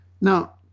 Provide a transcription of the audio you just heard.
Now